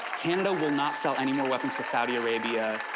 canada will not sell any more weapons to saudi arabia,